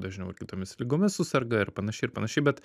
dažniau ir kitomis ligomis suserga ir panašiai ir panašiai bet